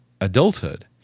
adulthood